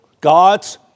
God's